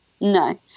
No